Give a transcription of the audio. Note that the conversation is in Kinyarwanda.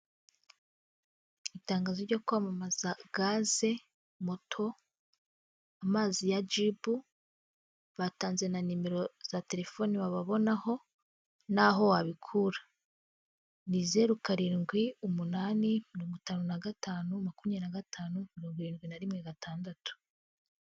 Itangazo ryo kwamamaza gaze, moto, amazi ya jibu batanze na nimero za telefoni wababonaho naho wabikura ni zeru karindwi umunani mirongo itanu na gatanu makumyabiri na gatanu mirongo irindwi na rimwe gatandatu.